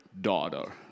daughter